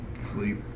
sleep